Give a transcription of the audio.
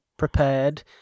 Prepared